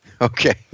Okay